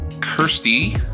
Kirsty